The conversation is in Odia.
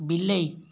ବିଲେଇ